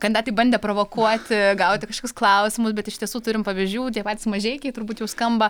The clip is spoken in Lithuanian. kandidatai bandė provokuoti gauti kažkokius klausimus bet iš tiesų turim pavyzdžių tie patys mažeikiai turbūt jau skamba